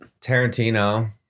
Tarantino